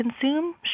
consume